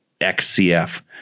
XCF